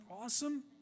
awesome